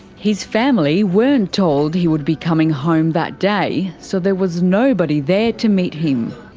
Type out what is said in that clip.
his family weren't told he would be coming home that day, so there was nobody there to meet him.